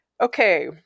Okay